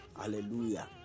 Hallelujah